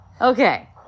Okay